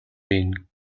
been